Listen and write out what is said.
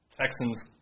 Texans